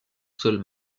seul